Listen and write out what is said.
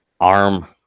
arm